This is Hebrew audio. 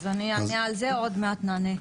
עוד מעט נענה.